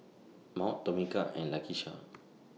Maud Tomeka and Lakeisha